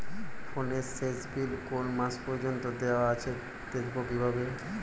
ফোনের শেষ বিল কোন মাস পর্যন্ত দেওয়া আছে দেখবো কিভাবে?